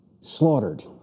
slaughtered